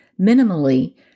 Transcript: Minimally